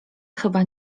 chyba